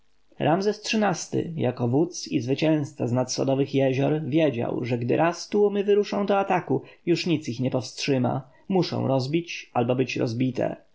gwałtownie ramzes xiii-ty jako wódz i zwycięzca z nad sodowych jezior wiedział że gdy raz tłumy wyruszą do ataku już nic ich nie powstrzyma muszą rozbić albo być rozbite